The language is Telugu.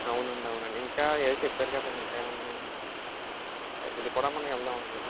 అవునండి అవునండి ఇంకా ఏదో చెప్పారు కదండి ఇంకా ఏమున్నాయి ఇది కూడా మనం వెల్దామండి